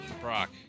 Brock